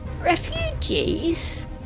Refugees